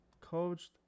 coached